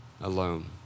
alone